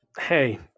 Hey